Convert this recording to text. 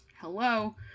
hello